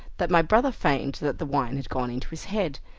that my brother feigned that the wine had gone into his head,